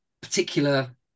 particular